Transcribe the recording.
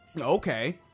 Okay